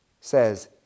says